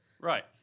right